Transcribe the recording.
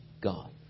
God